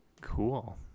Cool